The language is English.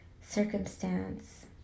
circumstance